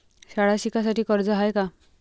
शाळा शिकासाठी कर्ज हाय का?